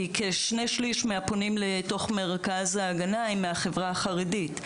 כי כשני שלישים מהפונים למרכז ההגנה הם מהחברה החרדית,